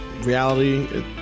reality